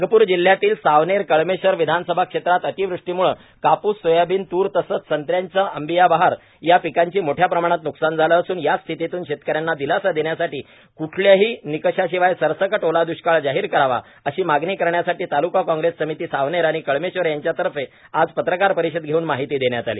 नागप्र जिल्हयातील सावनेर कळमेश्वर विधानसभा क्षेत्रात अतिवृष्टीमुळे कापुस सोयाबीन तूर तसेच संत्र्यांच्या अंबिया बहार या पीकांची मोठयाप्रमाणात न्कसान झाले असून या स्थितीतून शेतक यांना दिलासा देण्यासाठी क्ठल्याही निकशाशिवाय सरसकट ओला दुष्काळ जाहीर करावा अशी मागणी करण्यासाठी तालुका कॉग्रेस समिती सावनेर आणि कळमेश्वर यांच्यातर्फे आज पत्रकार परिषद घेऊन माहिती देण्यात आली